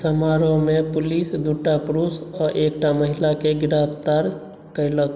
समारोहमे पुलिस दूटा पुरूष आ एकटा महिलाकेँ गिरफ्तार कयलक